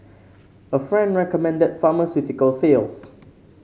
a friend recommended pharmaceutical sales